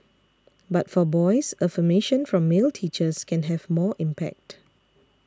but for boys affirmation from male teachers can have more impact